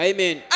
Amen